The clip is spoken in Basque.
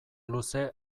luze